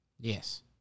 Yes